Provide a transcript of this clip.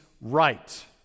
right